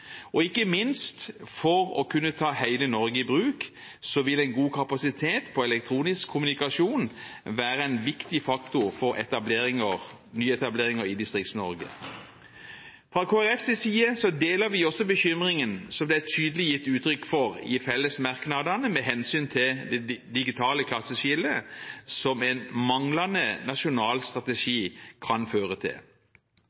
konkurransefortrinn. Ikke minst for å kunne ta hele Norge i bruk, vil en god kapasitet på elektronisk kommunikasjon være en viktig faktor for nyetableringer i Distrikts-Norge. Fra Kristelig Folkepartis side deler vi også bekymringen som det tydelig ble gitt uttrykk for i fellesmerknadene med hensyn til det digitale klasseskillet, som en manglende nasjonal strategi